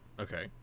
Okay